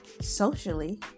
Socially